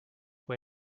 way